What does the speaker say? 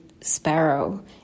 sparrow